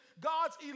God's